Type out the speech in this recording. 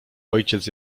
ojciec